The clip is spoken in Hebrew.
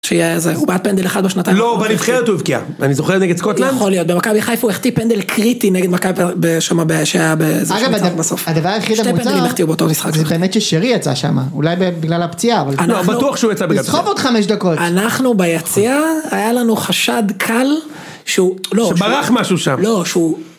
שהיה איזה, הוא בעט איזה פנדל אחד בשנתיים. לא, בנבחרת הוא הבקיע, אני זוכר נגד סקוטלד? יכול להיות, במכבי חיפה הוא החטיא פנדל קריטי נגד מכבי פ... שם, שהיה באיזה משחק בסוף, הדבר היחיד המוזר, זה באמת ששרי יצא שם, אולי בגלל הפציעה. בטוח שהוא יצא בגלל הפציעה. לסחוב עוד חמש דקות. אנחנו ביציע? היה לנו חשד קל, שהוא לא... שברח משהו שם. לא, שהוא...